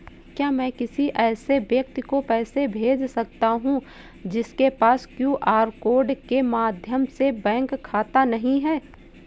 क्या मैं किसी ऐसे व्यक्ति को पैसे भेज सकता हूँ जिसके पास क्यू.आर कोड के माध्यम से बैंक खाता नहीं है?